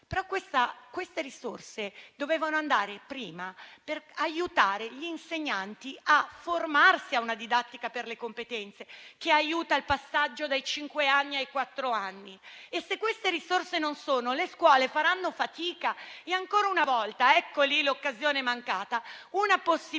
però, dovevano essere impiegate in primo luogo per aiutare gli insegnanti a formarsi a una didattica per le competenze, che aiuta il passaggio dai cinque ai quattro anni. Se queste risorse non ci sono, le scuole faranno fatica e ancora una volta - ecco lì l'occasione mancata - una possibilità